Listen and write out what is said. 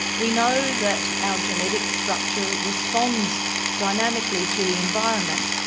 we know that our genetic structure responds dynamically to the environment,